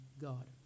God